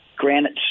granite